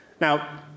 Now